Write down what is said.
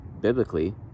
biblically